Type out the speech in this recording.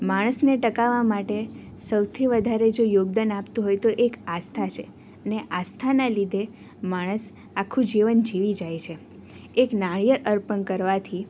માણસને ટકાવવા માટે સૌથી વધારે જો યોગદાન આપતું હોય તો એક આસ્થા છે ને આસ્થાના લીધે માણસ આખું જીવન જીવી જાય છે એક નાળિયેર અર્પણ કરવાથી